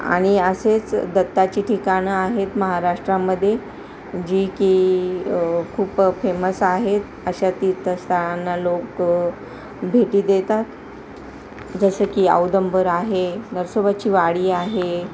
आणि असेच दत्ताची ठिकाणं आहेत महाराष्ट्रामध्ये जी की खूप फेमस आहेत अशा तीर्थस्थळांना लोकं भेटी देतात जसे की औदुंबर आहे नरसोबाची वाडी आहे